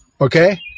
Okay